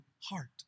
heart